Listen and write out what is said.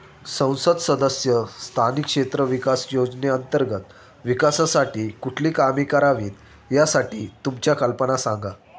संसद सदस्य स्थानिक क्षेत्र विकास योजने अंतर्गत विकासासाठी कुठली कामे करावीत, यासाठी तुमच्या कल्पना सांगा